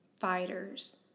fighters